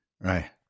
Right